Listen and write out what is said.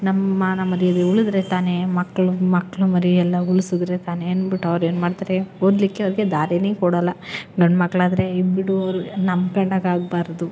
ನಮ್ಮ ಮಾನ ಮರ್ಯಾದೆ ಉಳಿದ್ರೆ ತಾನೆ ಮಕ್ಕಳು ಮಕ್ಳು ಮರಿಯೆಲ್ಲ ಉಳ್ಸಿದ್ರೆ ತಾನೆ ಅಂದ್ಬಿಟ್ಟು ಅವ್ರೇನು ಮಾಡ್ತಾರೆ ಓದಲಿಕ್ಕೆ ಅವ್ರಿಗೆ ದಾರಿನೇ ಕೊಡಲ್ಲ ಗಂಡು ಮಕ್ಕಳಾದ್ರೆ ಇದ್ಬಿಡೋರು ನಮ್ಮ ಕಂಡಂತೆ ಆಗ್ಬಾರ್ದು